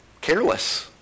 careless